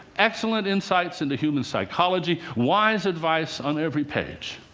excellent insights into human psychology, wise advice on every page.